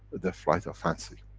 the flight of fancy.